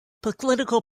political